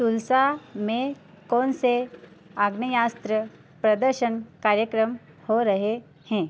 तुलसा में कौन से आग्नेयास्त्र प्रदर्शन कार्यक्रम हो रहे हैं